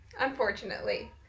Unfortunately